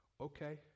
Okay